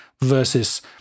versus